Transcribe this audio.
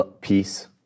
peace